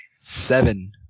Seven